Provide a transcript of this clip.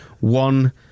one